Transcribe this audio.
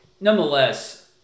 nonetheless